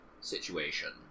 situation